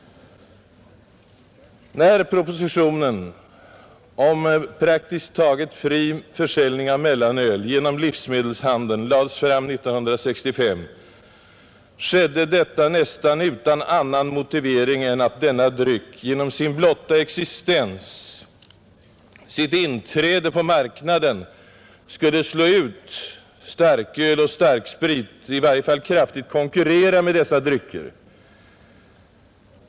När propositionen om praktiskt taget fri försäljning av mellanöl genom livsmedelshandeln lades fram 1965 skedde detta nästan utan annan motivering än att denna dryck genom sin blotta existens, genom sitt inträde på marknaden, skulle slå ut starköl och starksprit eller i varje fall kraftigt konkurrera med dessa drycker.